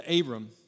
Abram